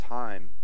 time